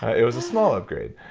it was a small upgrade.